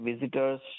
visitors